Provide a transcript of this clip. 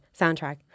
soundtrack